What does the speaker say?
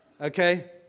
okay